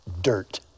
dirt